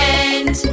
end